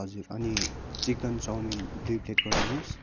हजुर अनि chicken chowmein दुई प्लेट गरिदिनुहोस्